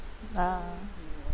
uh